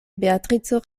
beatrico